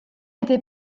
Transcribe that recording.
était